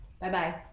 Bye-bye